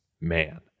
Man